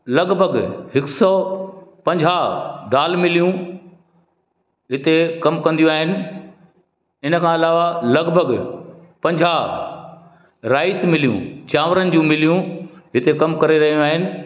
लॻभॻि हिकु सौ पंजाह दाल मिलियूं हिते कमु कंदियूं आहिनि हिन खां अलावा लॻभॻि पंजाह राइस मिलियूं चांवरनि जूं मिलियूं हिते कमु करे रहियूं आहिनि